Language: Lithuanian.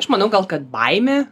aš manau gal kad baimė